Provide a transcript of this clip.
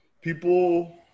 People